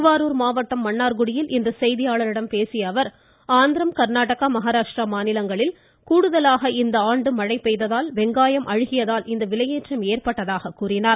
திருவாரூர் மாவட்டம் மன்னார்குடியில் இன்று செய்தியாளர்களிடம் பேசிய அவர் ஆந்திரம் கா்நாடகா மஹாராஷ்டிரா மாநிலங்களில் கூடுதலாக இந்த ஆண்டு கூடுதல் மழை பெய்ததால் வெங்காயம் அழுகியதையடுத்து இந்த விலையேற்றம் ஏற்பட்டுள்ளதாக கூறினார்